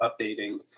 updating